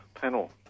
panel